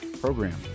program